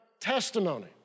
testimony